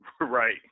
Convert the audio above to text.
Right